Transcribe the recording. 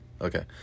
okay